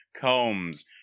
Combs